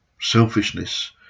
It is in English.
selfishness